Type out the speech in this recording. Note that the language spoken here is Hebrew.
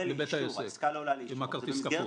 לבית העסק עם כרטיס קפוא?